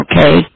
Okay